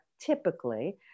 typically